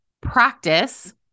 practice